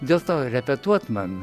dėl to repetuot man